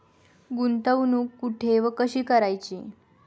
गुंतवणूक कुठे व कशी करायची?